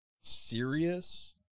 serious